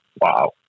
Wow